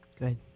Good